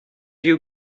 you